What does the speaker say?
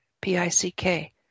p-i-c-k